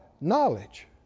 Knowledge